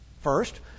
First